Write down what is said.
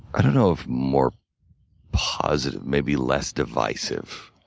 i don't know if more positive maybe less divisive.